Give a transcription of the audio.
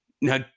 Now